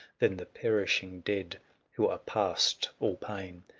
than the perishing dead who are past all pain.